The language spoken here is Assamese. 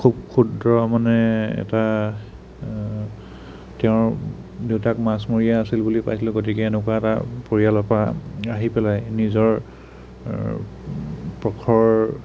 খুব ক্ষুদ্ৰ মানে এটা তেওঁৰ দেউতাক মাছমৰীয়া আছিল বুলি পাইছিলোঁ গতিকে এনেকুৱা এটা পৰিয়ালৰ পৰা আহি পেলাই নিজৰ প্ৰখৰ